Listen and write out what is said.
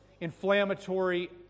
inflammatory